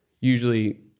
usually